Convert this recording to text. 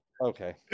Okay